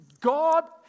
God